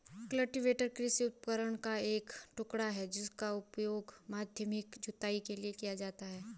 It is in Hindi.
कल्टीवेटर कृषि उपकरण का एक टुकड़ा है जिसका उपयोग माध्यमिक जुताई के लिए किया जाता है